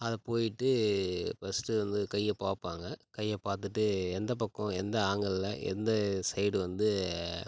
அதைப் போய்விட்டு ஃபர்ஸ்ட்டு வந்து கையை பார்ப்பாங்க கையை பார்த்துட்டு எந்தப் பக்கம் எந்த ஆங்கிளில் எந்த சைடு வந்து